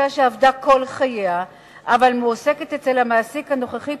אשה שעבדה כל חייה אבל מועסקת אצל המעסיק הנוכחי